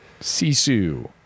Sisu